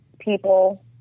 people